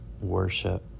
worship